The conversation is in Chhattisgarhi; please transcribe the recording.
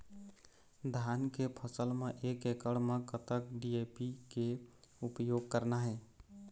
धान के फसल म एक एकड़ म कतक डी.ए.पी के उपयोग करना हे?